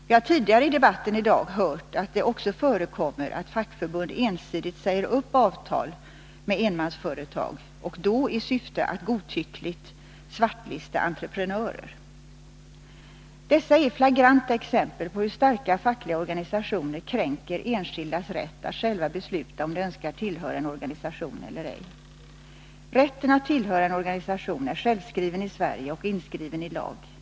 Vi har tidigare i debatten i dag hört att det också förekommer att fackförbund ensidigt säger upp avtal med enmansföretag och då i syfte att godtyckligt svartlista entreprenörer. Detta är flagranta exempel på hur starka fackliga organisationer kränker enskildas rätt att själva besluta om huruvida de önskar tillhöra en organisation eller ej. Rätten att tillhöra en organisation är självskriven i Sverige och inskriven i lag.